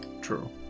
true